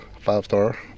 five-star